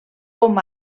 com